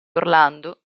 orlando